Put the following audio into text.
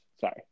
Sorry